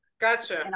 Gotcha